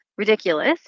ridiculous